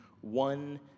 one